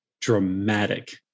dramatic